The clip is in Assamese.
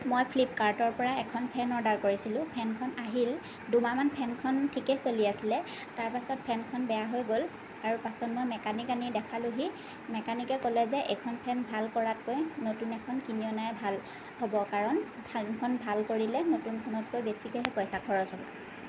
মই ফ্লিপকাৰ্টৰ পৰা এখন ফেন অৰ্ডাৰ কৰিছিলোঁ ফেনখন আহিল দুমাহমান ফেনখন ঠিকেই চলি আছিলে তাৰ পাছত ফেনখন বেয়া হৈ গ'ল আৰু পাছত মই মেকানিক আনি দেখালোঁহি মেকানিকে ক'লে যে এইখন ফেন ভাল কৰাতকৈ নতুন এখন কিনি অনাই ভাল হ'ব কাৰণ ফেনখন ভাল কৰিলে নতুন ফেনতকৈ বেছিকৈহে পইচা খৰচ হ'ব